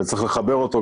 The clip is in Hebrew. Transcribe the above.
וצריך לחבר אותו.